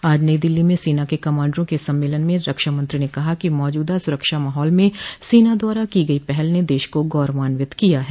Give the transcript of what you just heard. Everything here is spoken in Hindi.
आज नई दिल्लो में सेना के कमांडरों के सम्मेलन में रक्षामंत्री ने कहा कि मौजूदा सुरक्षा माहौल में सेना द्वारा की गई पहल ने देश को गौरवान्वित किया है